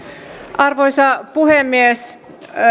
arvoisa puhemies